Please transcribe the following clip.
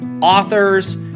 authors